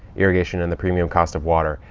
irrigation and the premium cost of water?